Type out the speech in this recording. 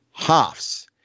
Hoffs